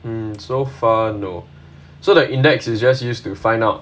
mmhmm so far no so the index is just used to find out